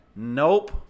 Nope